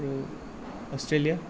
আৰু অষ্ট্ৰেলিয়া